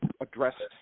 addressed